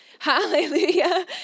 hallelujah